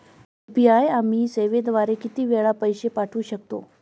UPI आम्ही सेवेद्वारे किती वेळा पैसे पाठवू शकतो?